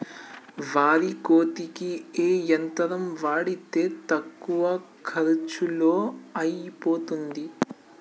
వరి కోతకి ఏ యంత్రం వాడితే తక్కువ ఖర్చులో అయిపోతుంది?